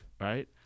Right